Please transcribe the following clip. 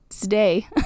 Today